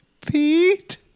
Pete